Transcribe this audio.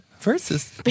Versus